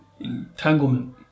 entanglement